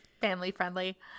Family-friendly